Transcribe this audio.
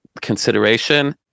consideration